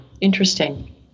interesting